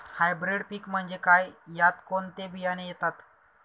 Hybrid पीक म्हणजे काय? यात कोणते बियाणे येतात?